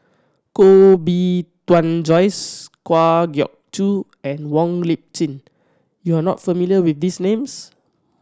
Koh Bee Tuan Joyce Kwa Geok Choo and Wong Lip Chin you are not familiar with these names